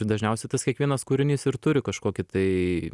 ir dažniausiai tas kiekvienas kūrinys ir turi kažkokį tai